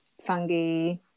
fungi